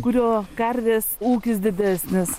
kurio karvės ūkis didesnis